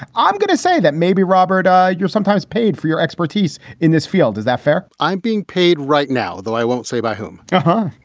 i'm going to say that maybe, robert, you're sometimes paid for your expertise in this field. is that fair? i'm being paid right now, though. i won't say by whom huh.